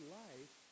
life